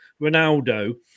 Ronaldo